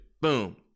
boom